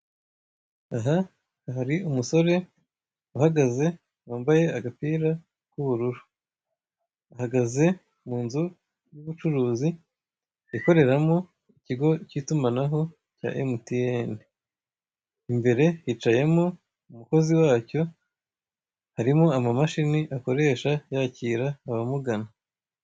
Aa hari umusore uhagaze wambaye agapira k'ubururu ahagaze mu nzu y'ubucuruzi ya ikoreramo ikigo k'itumanaho cya MTN imbere hicaye umukozi wacyo harimo amamashini akoresha yakira ababagana.